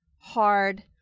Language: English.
hard